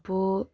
അപ്പോൾ